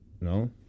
No